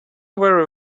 very